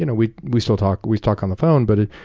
you know we we still talk, we talk on the phone, but ah